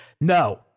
no